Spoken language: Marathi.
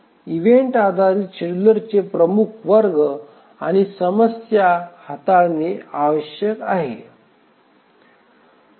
इव्हेंट आधारित शेड्यूलरचे प्रमुख वर्ग आणि समस्या हाताळणे आवश्यक आहे